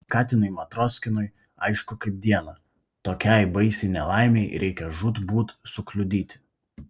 katinui matroskinui aišku kaip dieną tokiai baisiai nelaimei reikia žūtbūt sukliudyti